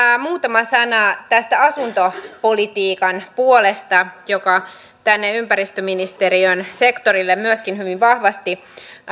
muutama sana tästä asuntopolitiikan puolesta joka myöskin tänne ympäristöministeriön sektorille hyvin vahvasti